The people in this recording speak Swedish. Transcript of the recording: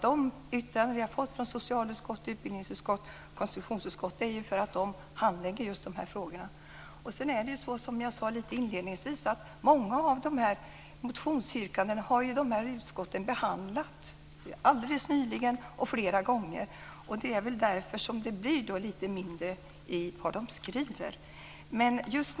De yttranden vi har fått från socialutskottet, utbildningsutskottet och konstitutionsutskottet, Karin Pilsäter, beror på att de handlägger de frågorna. Inledningsvis sade jag att utskotten har behandlat många av dessa motionsyrkanden flera gånger. Det är väl därför som det blir mindre text.